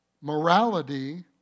morality